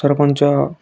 sarpanch